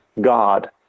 God